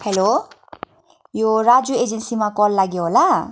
hello यो राजु एजन्सीमा call लाग्यो होला